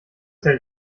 hält